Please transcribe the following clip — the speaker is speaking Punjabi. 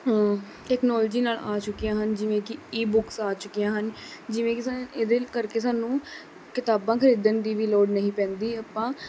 ਟੈਕਨੋਲੋਜੀ ਨਾਲ ਆ ਚੁੱਕੀਆਂ ਹਨ ਜਿਵੇਂ ਕਿ ਈ ਬੁੱਕਸ ਆ ਚੁੱਕੀਆਂ ਹਨ ਜਿਵੇਂ ਕਿ ਸਰ ਇਹਦੇ ਕਰਕੇ ਸਾਨੂੰ ਕਿਤਾਬਾਂ ਖਰੀਦਣ ਦੀ ਵੀ ਲੋੜ ਨਹੀਂ ਪੈਂਦੀ ਆਪਾਂ